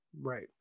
right